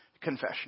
Confession